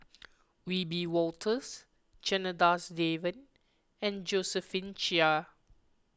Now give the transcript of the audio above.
Wiebe Wolters Janadas Devan and Josephine Chia